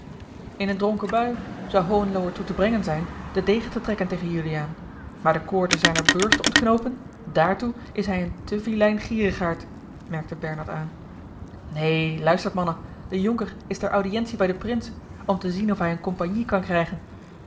in een dronken bui zou hohenlo er toe te brengen zijn den degen te trekken tegen juliaan maar de koorden zijner beurs te ontknoopen daartoe is hij een te vilein gierigaard merkte bernard aan neen luistert mannen de jonker is ter audiëntie bij den prins om te zien of hij eene compagnie kan krijgen